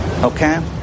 Okay